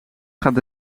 gaat